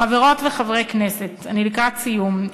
חברות וחברי הכנסת, אני לקראת סיום.